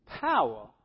Power